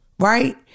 Right